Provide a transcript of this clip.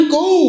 go